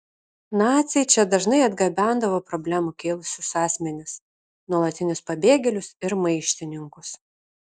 naciai čia dažnai atgabendavo problemų kėlusius asmenis nuolatinius pabėgėlius ir maištininkus